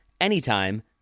anytime